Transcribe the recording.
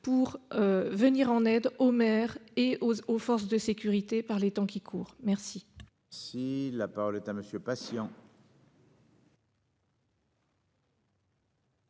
pour. Venir en aide aux mères et aux aux forces de sécurité. Par les temps qui courent, merci. Si la parole est à monsieur patients.